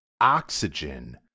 oxygen